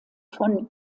von